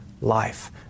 life